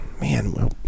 man